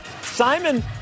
Simon